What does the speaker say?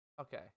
Okay